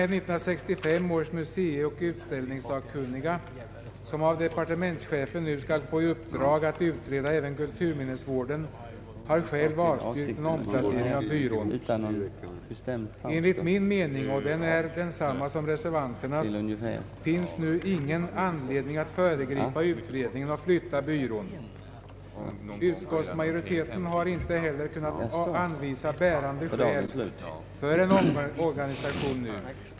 1965 års museioch utställningssakkunniga, som nu skall få departementschefens uppdrag att utreda även kulturminnesvården, har avstyrkt en omplacering av byrån. Enligt min mening, som överensstämmer med reservationen, finns ingen anledning att föregripa utredningen och flytta byrån. Utskottsmajoriteten har inte heller kunnat visa bärande skäl för en omorganisation.